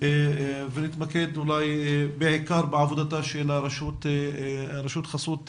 ונתמקד בעיקר בעבודתה של רשות חסות הנוער.